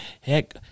Heck